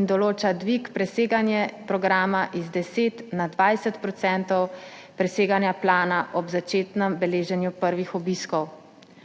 in določa dvig preseganja programa iz 10 % na 20 % preseganja plana ob začetnem beleženju prvih obiskov.